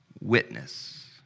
witness